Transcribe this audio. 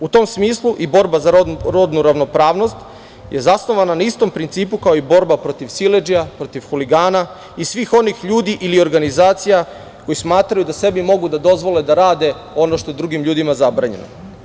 U tom smislu i borba za rodnu ravnopravnost je zasnovana na istom principu kao i borba protiv siledžija, protiv huligana i svih onih ljudi ili organizacija koji smatraju da sebi mogu da dozvole da rade ono što drugim ljudima zabranjeno.